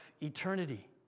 eternity